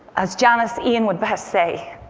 as janis ian would best say,